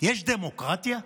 יש דמוקרטיה?